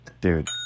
Dude